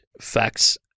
facts